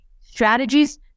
strategies